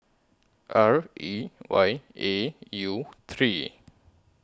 R E Y A U three